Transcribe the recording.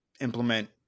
implement